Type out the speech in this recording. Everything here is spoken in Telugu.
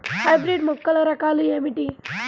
హైబ్రిడ్ మొక్కల రకాలు ఏమిటీ?